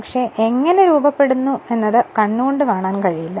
പക്ഷേ അത് എങ്ങനെ രൂപപ്പെടുവെന്നത് കണ്ണുക്കൊണ്ട് കാണാൻ കഴിയില്ല